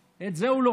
בבקשה.